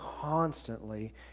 constantly